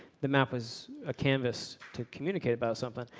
the map was a canvas to communicate about something.